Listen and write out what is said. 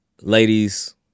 ladies